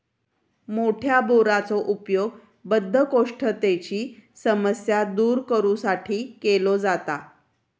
मोठ्या बोराचो उपयोग बद्धकोष्ठतेची समस्या दूर करू साठी केलो जाता